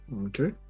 Okay